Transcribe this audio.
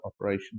operation